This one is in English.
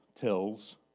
tells